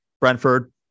Brentford